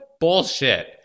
bullshit